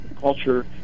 culture